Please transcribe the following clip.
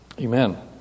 amen